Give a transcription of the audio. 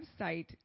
website